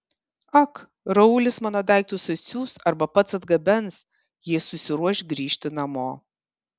ak raulis mano daiktus atsiųs arba pats atgabens jei susiruoš grįžti namo